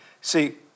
See